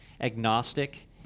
agnostic